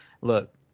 look